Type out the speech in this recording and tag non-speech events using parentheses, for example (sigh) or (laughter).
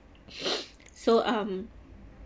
(breath) so um